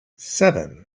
seven